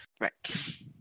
Right